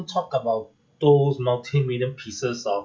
talk about those multi million pieces of